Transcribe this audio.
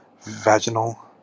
vaginal